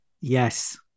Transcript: Yes